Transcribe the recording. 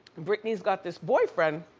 britney's got this boyfriend,